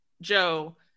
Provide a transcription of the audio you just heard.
Joe